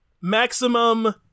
Maximum